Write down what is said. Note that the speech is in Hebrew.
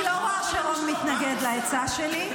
אני לא רואה שרון מתנגד לעצה שלי.